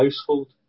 household